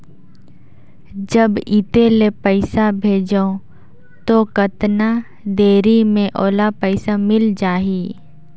जब इत्ते ले पइसा भेजवं तो कतना देरी मे ओला पइसा मिल जाही?